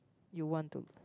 you want to